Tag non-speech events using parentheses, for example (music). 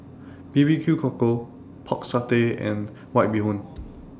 B B Q Cockle Pork Satay and White Bee Hoon (noise)